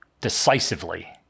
decisively